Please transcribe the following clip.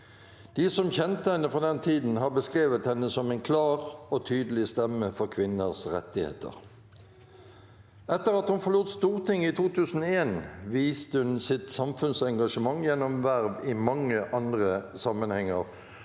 De som kjente henne på den tiden, har beskrevet henne som en klar og tydelig stemme for kvinners rettigheter. Etter at hun forlot Stortinget i 2001, viste hun sitt samfunnsengasjement gjennom verv i mange andre sammenhenger,